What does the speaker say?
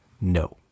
No